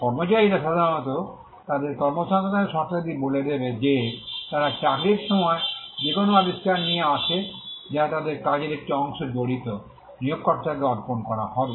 কর্মচারীরা সাধারণত তাদের কর্মসংস্থানের শর্তাদি বলে দেবে যে তারা চাকরীর সময় যে কোনও আবিষ্কার নিয়ে আসে যা তাদের কাজের একটি অংশ জড়িত নিয়োগকর্তাকে অর্পণ করা হবে